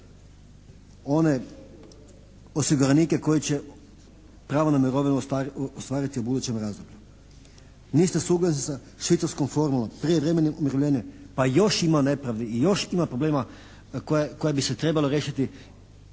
one osiguranike koji će pravo na mirovinu ostvariti u budućem razdoblju. Niste suglasni sa švicarskom formulom, prijevremenim umirovljenjem. Pa još ima nepravdi i još ima problema koja bi se trebalo riješiti